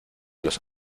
los